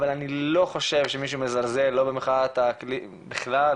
אבל אני לא חושב שמישהו מזלזל לא במחאת האקלים בכלל,